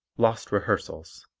lost rehearsals